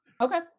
Okay